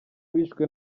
bishwe